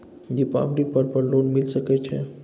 दीपावली पर्व पर लोन मिल सके छै?